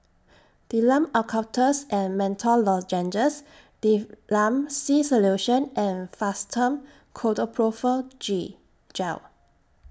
Difflam Eucalyptus and Menthol Lozenges Difflam C Solution and Fastum Ketoprofen G Gel